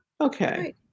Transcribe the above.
Okay